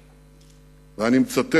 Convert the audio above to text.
זאת: